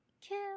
Kill